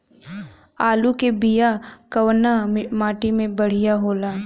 आलू के बिया कवना माटी मे बढ़ियां होला?